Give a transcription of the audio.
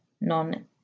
non